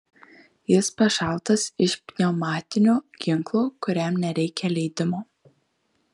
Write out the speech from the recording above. jis pašautas iš pneumatinio ginklo kuriam nereikia leidimo